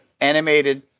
animated